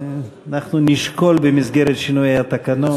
אנחנו נשקול, במסגרת שינויי התקנון.